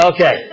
Okay